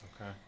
Okay